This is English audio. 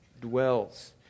dwells